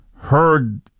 heard